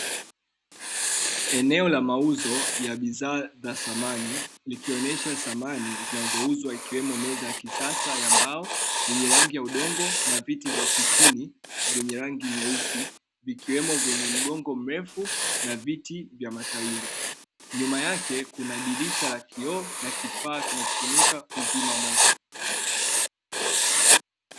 Eneo la mauzo ya bidhaa za samani likionyesha samani zinazouzwa ikiwemo meza ya kisasa ya mbao yenye rangi ya udongo na viti vya ofisini vyenye rangi nyeusi vikiwemo venye mgongo mrefu na viti vya matairi. Nyuma yake kuna dirisha la kioo na kifaa kinachotumika kuzima moto.